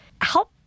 Help